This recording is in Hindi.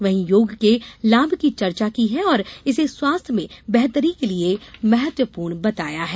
वहीं योग के लाभ की चर्चा की है और इसे स्वास्थ्य में बेहतरी के लिए महत्वपूर्ण बताया है